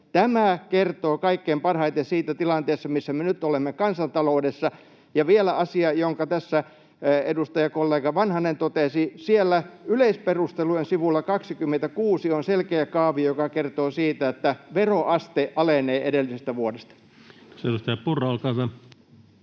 Tämä kertoo kaikkein parhaiten siitä tilanteesta, missä me nyt olemme kansantaloudessa. Ja vielä asia, jonka tässä edustajakollega Vanhanen totesi: siellä yleisperustelujen sivulla 26 on selkeä kaavio, joka kertoo siitä, että veroaste alenee edellisestä vuodesta. [Speech 106] Speaker: